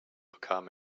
bekam